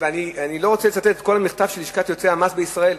אני לא רוצה לצטט את כל המכתב של לשכת יועצי המס בישראל.